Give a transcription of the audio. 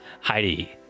Heidi